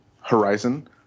Horizon